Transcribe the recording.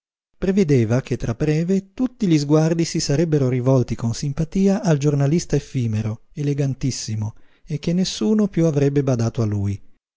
prevedeva che tra breve tutti gli sguardi si sarebbero rivolti con simpatia al giornalista effimero elegantissimo e che nessuno piú avrebbe badato a lui